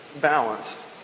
balanced